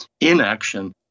inaction